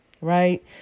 right